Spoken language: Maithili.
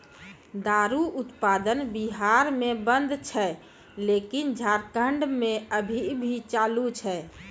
दारु उत्पादन बिहार मे बन्द छै लेकिन झारखंड मे अभी भी चालू छै